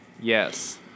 Yes